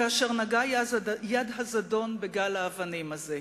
כאשר נגעה יד הזדון בגל האבנים הזה.